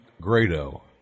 Grado